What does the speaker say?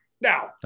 Now